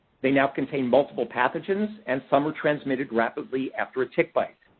they now contain multiple pathogens and some are transmitted rapidly after a tick bite.